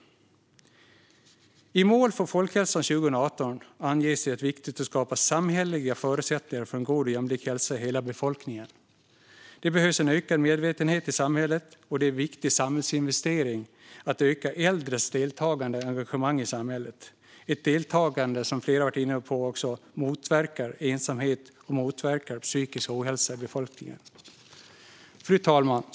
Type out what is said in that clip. I målen för folkhälsan som antogs 2018 anges att det är viktigt att skapa samhälleliga förutsättningar för en god och jämlik hälsa i hela befolkningen. Det behövs en ökad medvetenhet i samhället, och det är en viktig samhällsinvestering att öka äldres deltagande och engagemang i samhället. Flera har varit inne på att ett deltagande motverkar ensamhet och psykisk ohälsa i befolkningen. Fru talman!